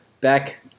back